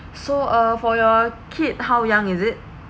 so uh for your kid how young is it